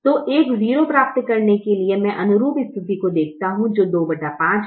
तो एक 0 प्राप्त करने के लिए मैं अनुरूप स्थिति को देखता हूं जो 25 है